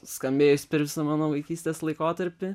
skambėjusį per visą mano vaikystės laikotarpį